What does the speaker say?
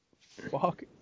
fuck